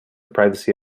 privacy